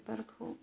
बिबारखौ